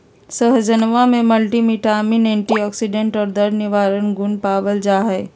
सहजनवा में multivitamins antioxidant और दर्द निवारक गुण पावल जाहई